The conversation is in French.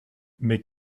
mais